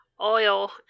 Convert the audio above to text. oil